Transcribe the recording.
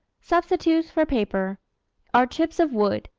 substitutes for paper are chips of wood,